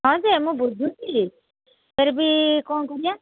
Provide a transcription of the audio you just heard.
ହଁ ଯେ ମୁଁ ବୁଝୁଛି ଫିରବି କ'ଣ କରିବା